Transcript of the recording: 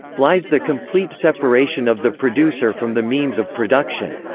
lies the complete separation of the producer from the means of production.